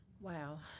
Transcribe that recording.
Wow